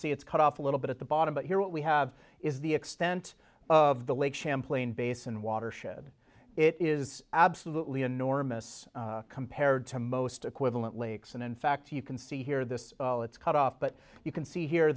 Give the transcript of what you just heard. see it's cut off a little bit at the bottom but here what we have is the extent of the lake champlain basin watershed it is absolutely enormous compared to most equivalent lakes and in fact you can see here this it's cut off but you can see here